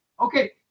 Okay